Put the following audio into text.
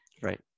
Right